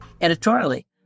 editorially